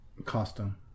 Costume